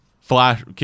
Flash